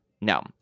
no